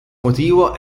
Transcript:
motivo